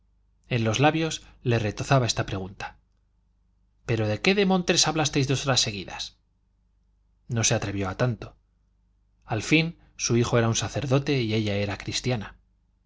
en los labios le retozaba esta pregunta pero de qué demontres hablasteis dos horas seguidas no se atrevió a tanto al fin su hijo era un sacerdote y ella era cristiana